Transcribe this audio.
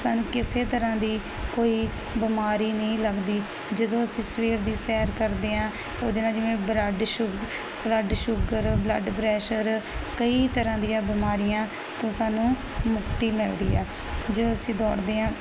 ਸਾਨੂੰ ਕਿਸੇ ਤਰਹਾਂ ਦੀ ਕੋਈ ਬਿਮਾਰੀ ਨਹੀਂ ਲੱਗਦੀ ਜਦੋਂ ਅਸੀਂ ਸਵੇਰ ਦੀ ਸੈਰ ਕਰਦੇ ਆਂ ਉਹਦੇ ਨਾਲ ਜਿਵੇਂ ਬਰਾਡ ਸ਼ੂ ਬਲੱਡ ਸ਼ੂਗਰ ਬਲੱਡ ਪ੍ਰੈਸ਼ਰ ਕਈ ਤਰਹਾਂ ਦੀਆਂ ਬਿਮਾਰੀਆਂ ਤੋਂ ਸਾਨੂੰ ਮੁਕਤੀ ਮਿਲਦੀ ਆ ਜਦੋਂ ਅਸੀਂ ਦੌੜਦੇ ਆ